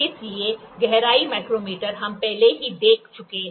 इसलिए गहराई माइक्रोमीटर हम पहले ही देख चुके हैं